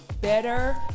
better